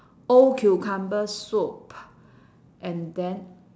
old cucumber soup and then